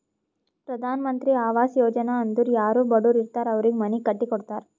ಪ್ರಧಾನ್ ಮಂತ್ರಿ ಆವಾಸ್ ಯೋಜನಾ ಅಂದುರ್ ಯಾರೂ ಬಡುರ್ ಇರ್ತಾರ್ ಅವ್ರಿಗ ಮನಿ ಕಟ್ಟಿ ಕೊಡ್ತಾರ್